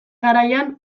garaian